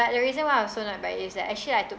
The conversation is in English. the reason why I will so not buy it is that actually I took